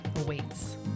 awaits